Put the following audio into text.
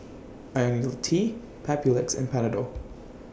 Ionil T Papulex and Panadol